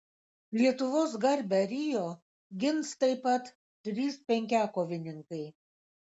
lietuvos garbę rio gins taip pat trys penkiakovininkai